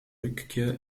rückkehr